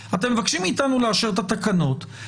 זה גם החשש של לשכת עורכי הדין,